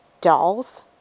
Dolls